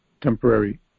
temporary